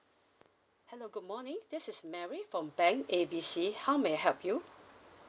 hello good morning this is mary from bank A B C how may I help you